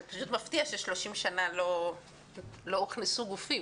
זה פשוט מפתיע ש-30 שנה לא הוכנסו גופים,